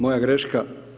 Moja greška.